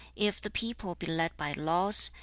if the people be led by laws,